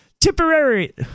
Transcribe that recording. temporary